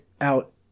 out